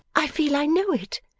i feel, i know it.